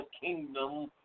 kingdom